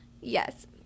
Yes